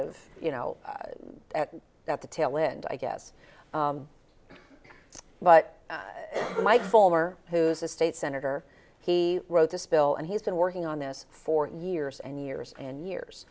of you know at that the tail end i guess but my former who is a state senator he wrote this bill and he's been working on this for years and years and years